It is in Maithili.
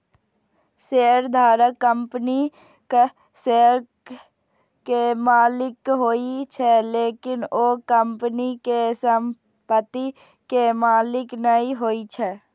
शेयरधारक कंपनीक शेयर के मालिक होइ छै, लेकिन ओ कंपनी के संपत्ति के मालिक नै होइ छै